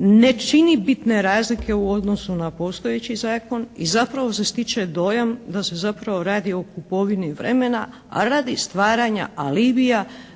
ne čini bitne razlike u odnosu na postojeći zakon i zapravo se stiče dojam da se zapravo radi o kupovini vremena, a radi stvaranja alibija